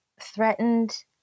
threatened